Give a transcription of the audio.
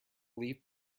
leaf